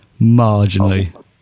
Marginally